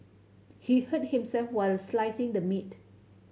he hurt himself while slicing the meat